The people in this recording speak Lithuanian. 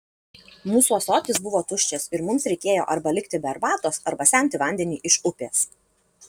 mūsų ąsotis buvo tuščias ir mums reikėjo arba likti be arbatos arba semti vandenį iš upės